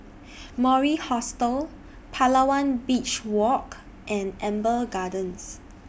Mori Hostel Palawan Beach Walk and Amber Gardens